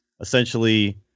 essentially –